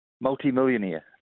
multi-millionaire